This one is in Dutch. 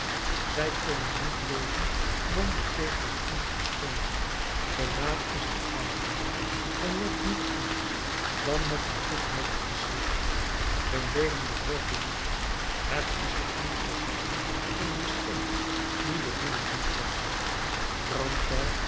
zij kunnen niet leven dan door tegen een ander te steunen hun naam is een aanhangsel en wordt niet anders dan met het voegwoordje en geschreven hun leven behoort hun niet het is de andere zijde van een bestemming die de hunne niet was